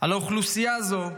על האוכלוסייה הזאת,